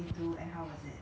I cannot laugh meh